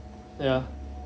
ya